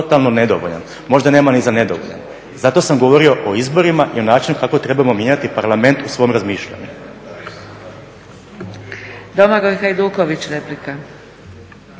Domagoj Hajduković, replika.